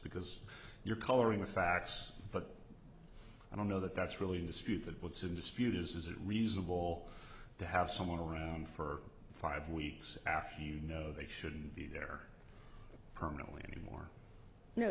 because you're coloring the facts but i don't know that that's really dispute that puts in dispute is it reasonable to have someone on for five weeks after you know they shouldn't be there permanently anymore you